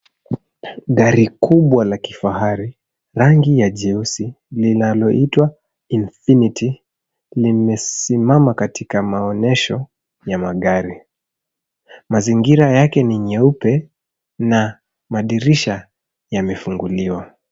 Gari kubwa la kifahari, rangi ya jeusi linalo itwa infinity limesimama katika maonyesho ya magari. Mazingira yake ni nyeupe na madirisha yamefunguliwa.